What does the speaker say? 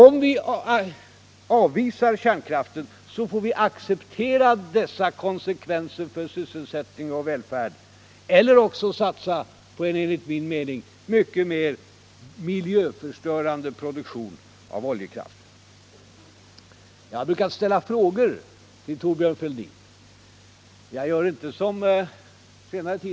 Om vi avvisar kärnkraften så får vi acceptera dessa konsekvenser för sysselsättning och välfärd eller också satsa på en enligt min mening mycket mer miljöförstörande produktion av oljekraft. Jag har brukat ställa frågor till Thorbjörn Fälldin. Jag gör inte som herr Bohman.